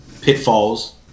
pitfalls